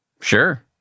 Sure